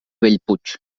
bellpuig